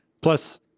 Plus